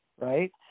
Right